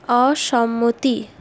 অসম্মতি